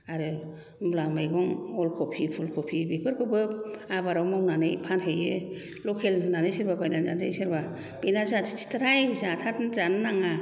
आरो मुला मैगं अल कफि फुल कफि बेफोरखौबो आबादाव मावनानै फानहैयो लकेल होननानै सोरबा बायना जानसै सोरबा बेना जाथि थि थारहाय जाथार जानो नाङा